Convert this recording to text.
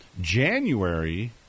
January